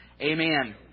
Amen